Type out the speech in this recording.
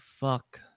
fuck